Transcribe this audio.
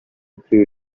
three